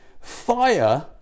Fire